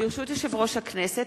ברשות יושב-ראש הכנסת,